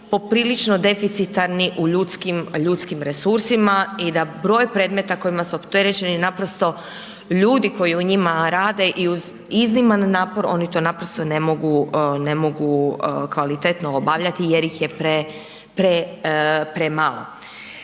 poprilično deficitarni u ljudskim resursima i da broj predmeta kojima su opterećeni naprosto ljudi koji u njima rade i uz izniman napor oni to naprosto ne mogu kvalitetno obavljati jer ih je premalo.